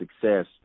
success